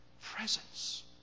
presence